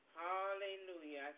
hallelujah